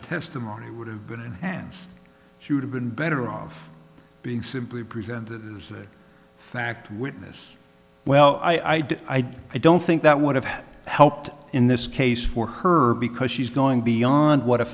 testimony would have been enhanced she would have been better off being simply presented as a fact witness well i'd i'd i don't think that would have helped in this case for her because she's going beyond what a